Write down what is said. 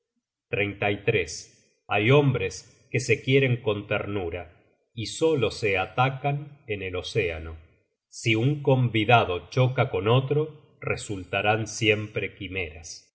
con un enemigo hay hombres que se quieren con ternura y solo se atacan en el océano si un convidado choca con otro resultarán siempre quimeras